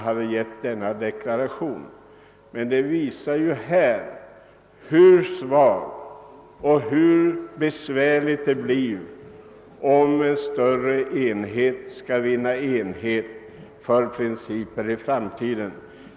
Det inträffade visar emellertid hur besvärligt det blir i framtiden för en större enhet att uppnå enighet i principiella frågor.